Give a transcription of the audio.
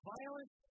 Violence